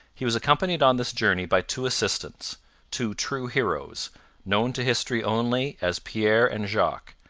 he was accompanied on this journey by two assistants two true heroes known to history only as pierre and jacques,